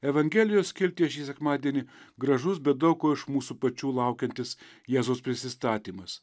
evangelijos skiltyje šį sekmadienį gražus bet daug ko iš mūsų pačių laukiantis jėzaus prisistatymas